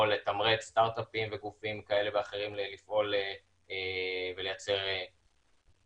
לתמרץ סטארט אפים וגופים כאלה ואחרים לפעול ולייצר מענים